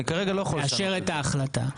נאשר את ההחלטה,